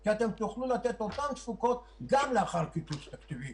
כי אתם תוכלו לתת את אותן תפוקות גם לאחר הקיצוץ התקציבי.